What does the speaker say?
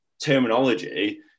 terminology